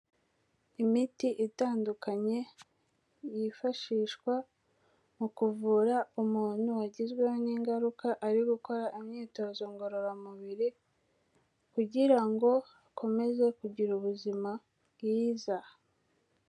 Imiti itandukanye yifashishwa mu kuvura umuntu wagizweho n'ingaruka ari gukora imyitozo ngororamubiri, kugira ngo akomeze kugira ubuzima bwiza.